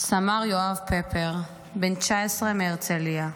סמ"ר יואב פפר, בן 19 מהרצליה,